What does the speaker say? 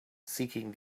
seeking